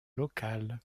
locales